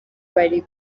bari